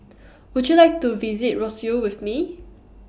Would YOU like to visit Roseau with Me